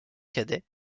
cadet